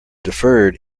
deferred